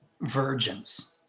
virgins